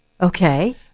Okay